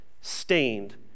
stained